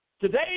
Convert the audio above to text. Today